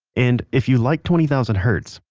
and if you like twenty thousand hertz,